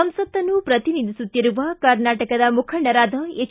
ಸಂಸತ್ತನ್ನು ಪ್ರತಿನಿಧಿಸುತ್ತಿರುವ ಕರ್ನಾಟಕದ ಮುಖಂಡರಾದ ಎಚ್